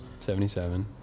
77